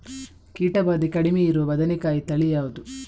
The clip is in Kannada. ಕೀಟ ಭಾದೆ ಕಡಿಮೆ ಇರುವ ಬದನೆಕಾಯಿ ತಳಿ ಯಾವುದು?